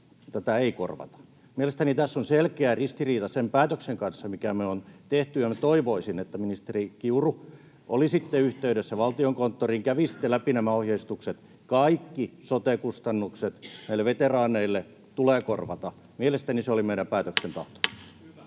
tätä ei korvata. Mielestäni tässä on selkeä ristiriita sen päätöksen kanssa, mikä me ollaan tehty, ja minä toivoisin, että te, ministeri Kiuru, olisitte yhteydessä Valtiokonttoriin, kävisitte läpi nämä ohjeistukset. Kaikki sote-kustannukset näille veteraaneille tulee korvata. Mielestäni se oli meidän päätöksen tahto.